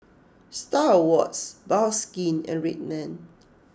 Star Awards Bioskin and Red Man